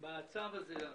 בצו הזה.